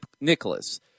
Nicholas